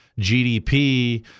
GDP